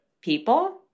people